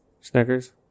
Snickers